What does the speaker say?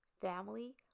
family